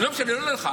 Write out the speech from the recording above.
לא משנה, לא לך.